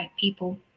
people